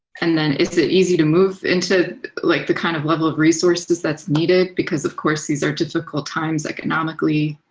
and then is it easy to move into like the kind of level of resources that's needed? because of course, these are critical times economically.